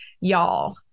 Y'all